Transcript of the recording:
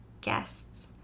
guests